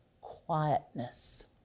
quietness